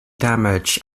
damage